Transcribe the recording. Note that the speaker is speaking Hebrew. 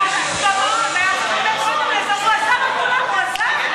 אבל הוא אסר על כולם, הוא אסר.